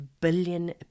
billion